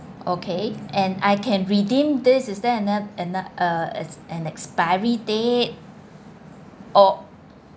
okay and I can redeem this is there an exp~ an uh ex~ an expiry date or